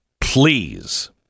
please